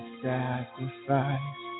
sacrifice